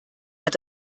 hat